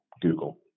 Google